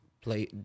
play